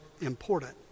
important